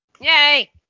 Yay